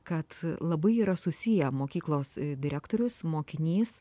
kad labai yra susiję mokyklos direktorius mokinys